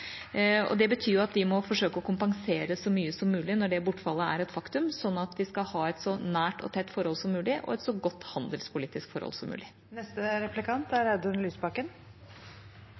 Det betyr at vi må forsøke å kompensere så mye som mulig når det bortfallet er et faktum, sånn at vi kan ha et så nært og tett forhold som mulig og et så godt handelspolitisk forhold som mulig. Siden det ble en debatt her som egentlig er